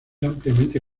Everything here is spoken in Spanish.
ampliamente